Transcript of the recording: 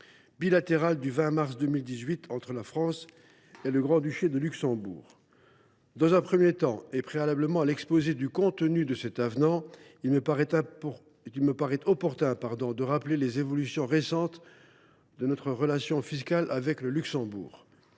bilatérale du 20 mars 2018 entre la France et le Grand Duché de Luxembourg. Dans un premier temps, et préalablement à l’exposé du contenu de cet avenant, il me paraît opportun de rappeler les évolutions récentes de notre relation fiscale avec le Luxembourg.